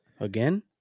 Again